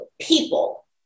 people